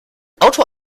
auto